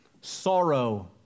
Sorrow